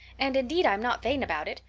and indeed i'm not vain about it.